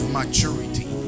maturity